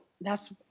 that's-